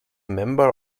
member